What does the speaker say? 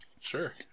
sure